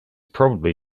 probably